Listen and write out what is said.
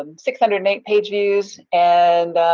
um six hundred and eight pageviews, and